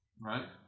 right